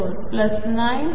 घेऊ